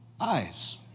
eyes